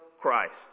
Christ